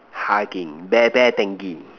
hugging bear bear dengue